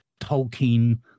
Tolkien